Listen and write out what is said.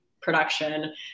production